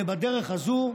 ובדרך הזו,